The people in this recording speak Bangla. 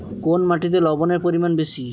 কোন মাটিতে লবণের পরিমাণ বেশি?